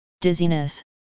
Dizziness